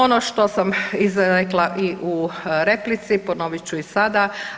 Ono što sam izrekla i u replici ponovit ću i sada.